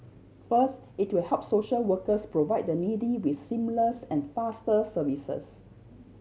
first it will help social workers provide the needy with seamless and faster services